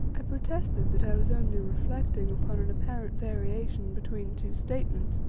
i protested that i was only reflecting upon an apparent variation between two statements.